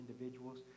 individuals